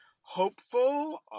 hopeful